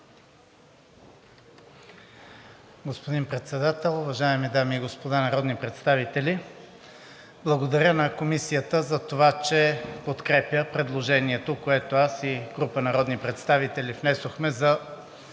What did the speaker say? Господин Председател, уважаеми дами и господа народни представители! Благодаря на Комисията за това, че подкрепя предложението, което аз и група народни представители внесохме за